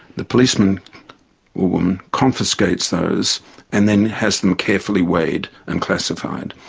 the policeman or woman confiscates those and then has them carefully weighed and classified.